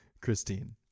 Christine